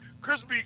crispy